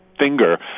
Finger